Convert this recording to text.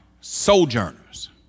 sojourners